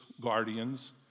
guardians